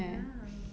ya